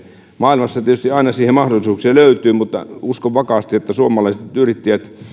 maailmassa tietysti aina siihen mahdollisuuksia löytyy mutta uskon vakaasti että suomalaiset yrittäjät